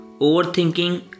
overthinking